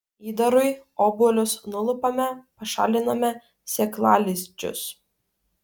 įdarui obuolius nulupame pašaliname sėklalizdžius